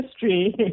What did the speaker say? history